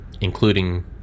Including